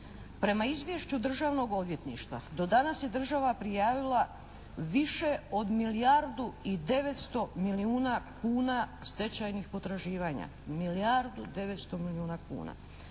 Prema izvješću Državnog odvjetništva do danas je država prijavila više od milijardu i 900 milijuna kuna stečajnih potraživanja. Najveći dio se odnosi na